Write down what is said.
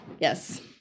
Yes